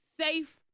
safe